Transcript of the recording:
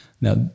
Now